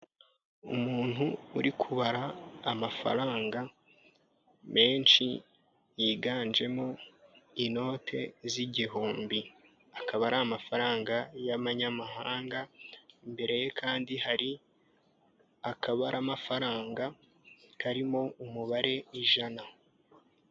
Umuntu uri kubara amafaranga menshi yiganjemo inote z'igihumbi, akaba ari amafaranga y'amanyamahanga, imbere ye kandi hari akabaramafaranga karimo umubare ijana.